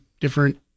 different